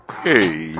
Hey